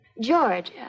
George